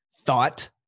thought